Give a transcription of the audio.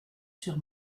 sur